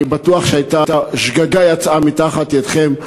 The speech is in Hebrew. אני בטוח ששגגה יצאה תחת ידכם.